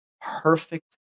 perfect